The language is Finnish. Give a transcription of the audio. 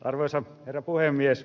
arvoisa herra puhemies